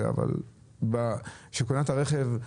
אבל כשהוא קנה את הרכב,